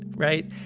right?